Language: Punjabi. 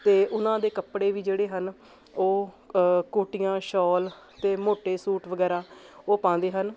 ਅਤੇ ਉਹਨਾਂ ਦੇ ਕੱਪੜੇ ਵੀ ਜਿਹੜੇ ਹਨ ਉਹ ਕੋਟੀਆਂ ਸ਼ੋਲ ਅਤੇ ਮੋਟੇ ਸੂਟ ਵਗੈਰਾ ਉਹ ਪਾਉਂਦੇ ਹਨ